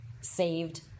saved